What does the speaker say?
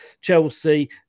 Chelsea